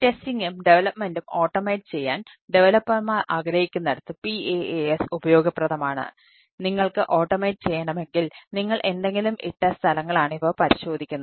ടെസ്റ്റിംഗും ലഭ്യമാക്കുകയും ചെയ്യുന്നു